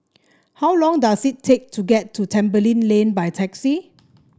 how long does it take to get to Tembeling Lane by taxi